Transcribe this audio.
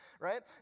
right